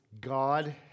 God